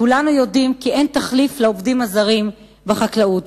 כולנו יודעים כי אין תחליף לעובדים הזרים בחקלאות,